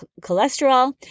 cholesterol